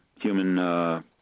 human